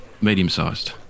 medium-sized